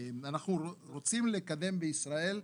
אנחנו רוצים לקדם בישראל.